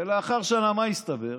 ולאחר שנה, מה הסתבר?